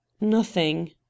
Nothing